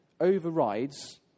overrides